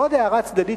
ועוד הערה צדדית,